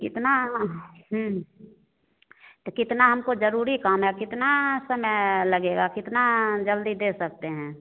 कितना तो कितना हमको जरूरी काम है कितना समय लगेगा कितना जल्दी दे सकते हैं